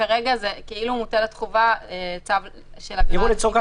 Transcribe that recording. כרגע זה כאילו מוטלת חובה --- יראו לצורך כך